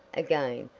again,